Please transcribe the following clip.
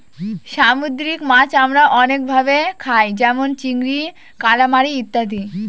সামুদ্রিক মাছ আমরা অনেক ভাবে খায় যেমন চিংড়ি, কালামারী ইত্যাদি